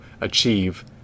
achieve